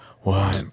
one